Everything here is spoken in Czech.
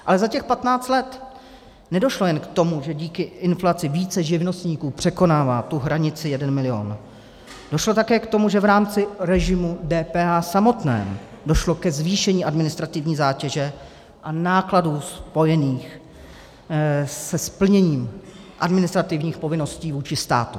Ale za těch 15 let nedošlo jen k tomu, že díky inflaci více živnostníků překonává tu hranici jeden milion, došlo také k tomu, že v rámci režimu DPH samotného došlo ke zvýšení administrativní zátěže a nákladů spojených se splněním administrativních povinností vůči státu.